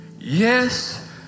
Yes